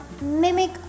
mimic